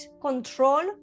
Control